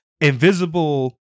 invisible